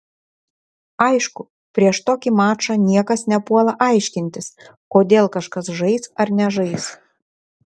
aišku prieš tokį mačą niekas nepuola aiškintis kodėl kažkas žais ar nežais